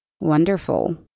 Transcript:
Wonderful